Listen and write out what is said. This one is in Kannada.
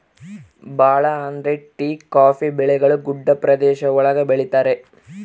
ಭಾಳ ಅಂದ್ರೆ ಟೀ ಕಾಫಿ ಬೆಳೆಗಳು ಗುಡ್ಡ ಪ್ರದೇಶ ಒಳಗ ಬೆಳಿತರೆ